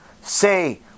say